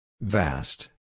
Vast